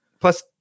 plus